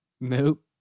Nope